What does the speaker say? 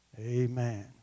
Amen